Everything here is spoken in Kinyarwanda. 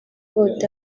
ould